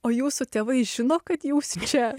o jūsų tėvai žino kad jūs čia